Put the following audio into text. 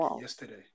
yesterday